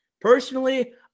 Personally